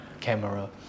camera